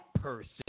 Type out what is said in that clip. person